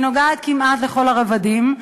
היא נוגעת כמעט בכל הרבדים.